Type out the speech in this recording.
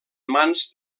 mans